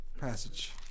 passage